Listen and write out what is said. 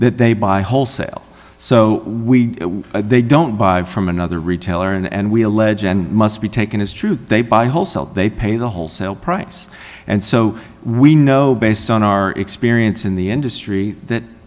that they buy wholesale so we they don't buy from another retailer and we allege and must be taken is true they buy wholesale they pay the wholesale price and so we know based on our experience in the industry that